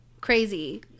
crazy